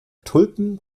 tulpen